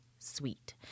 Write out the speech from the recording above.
sweet